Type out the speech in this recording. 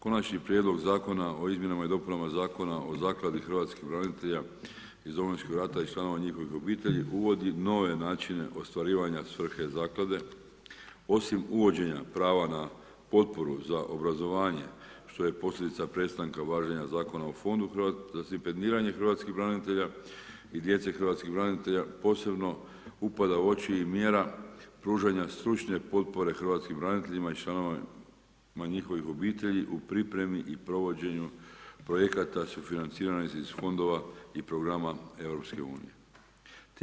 Konačni prijedlog Zakona o izmjenama i dopunama zakona o Zakladi Hrvatski branitelja iz Domovinskog rata i članova njihovi obitelji uvodi nove načine ostvarivanja svrhe Zaklade, osim uvođenja prava na potporu za obrazovanje što je posljedica prestanka važenja Zakona o (fondu)o stipendiranju Hrvatski branitelja i djece Hrv. branitelja posebno upada u oči i mjera pružanje stručne potpore Hrvatskim braniteljima i članovima njihovim obitelji u pripremi i provođenju projekata sufinanciranim iz fondova i programa Europske unije.